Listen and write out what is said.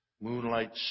Moonlight